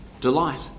delight